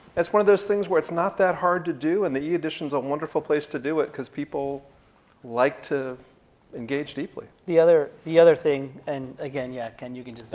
that's one of those things where it's not that hard to do, and the e-edition's a wonderful place to do it cause people like to engage deeply. the other the other thing, and again, yeah ken, you can just